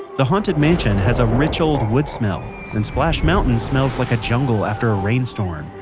the haunted mansion has a rich old wood smell and splash mountain smells like a jungle after a rainstorm.